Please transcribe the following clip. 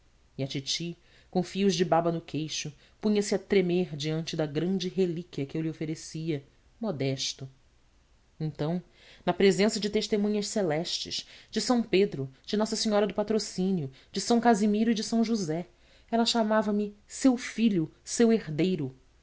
e a titi com fios de baba no queixo punha-se a tremer diante da grande relíquia que eu lhe oferecia modesto então na presença de testemunhas celestes de são pedro de nossa senhora do patrocínio de são casimiro e de são josé ela chamava-me seu filho seu herdeiro